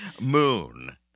Moon